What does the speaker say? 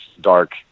dark